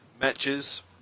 matches